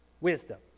wisdom